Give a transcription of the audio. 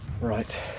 Right